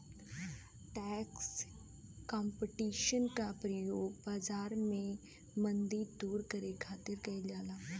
tax competition क प्रयोग बाजार में मंदी दूर करे खातिर कइल जाला